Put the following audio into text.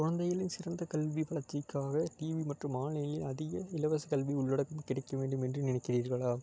குழந்தைகளின் சிறந்த கல்வி வளர்ச்சிக்காக டிவி மற்றும் ஆன்லைனில் அதிக இலவசக்கல்வி எல்லோருக்கும் கிடைக்கவேண்டுமென்று நினைக்கிறீர்களா